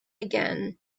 again